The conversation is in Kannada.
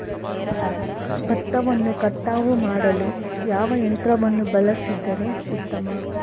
ಭತ್ತವನ್ನು ಕಟಾವು ಮಾಡಲು ಯಾವ ಯಂತ್ರವನ್ನು ಬಳಸಿದರೆ ಉತ್ತಮ?